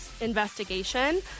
investigation